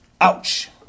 Ouch